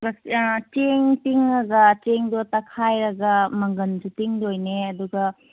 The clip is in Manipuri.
ꯆꯦꯡ ꯇꯤꯡꯉꯒ ꯆꯦꯡꯗꯣ ꯇꯛꯈꯥꯏꯔꯒ ꯃꯪꯒꯟꯁꯨ ꯇꯤꯡꯗꯣꯏꯅꯦ ꯑꯗꯨꯒ